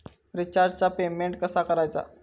रिचार्जचा पेमेंट कसा करायचा?